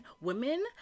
Women